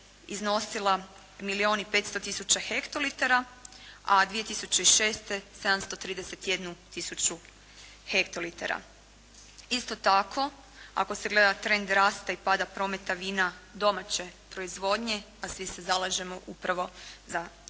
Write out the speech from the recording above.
i 500 tisuća hektolitara, a 2006. 731 tisuću hektolitara. Isto tako ako se gleda trend rasta i pada prometa vina domaće proizvodnje a svi se zalažemo upravo za plasman